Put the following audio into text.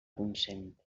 consent